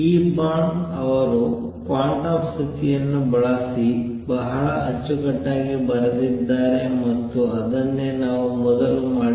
ಈ ಬಾರ್ನ್ ರವರು ಕ್ವಾಂಟಮ್ ಸ್ಥಿತಿಯನ್ನು ಬಳಸಿ ಬಹಳ ಅಚ್ಚುಕಟ್ಟಾಗಿ ಬರೆದಿದ್ದಾರೆ ಮತ್ತು ಅದನ್ನೇ ನಾವು ಮೊದಲು ಮಾಡಲಿದ್ದೇವೆ